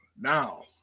Now